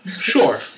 Sure